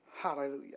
Hallelujah